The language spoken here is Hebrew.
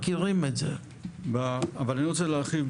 אני רוצה להרחיב,